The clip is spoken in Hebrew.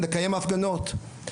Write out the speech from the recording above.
לקיים הפגנות.